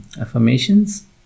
affirmations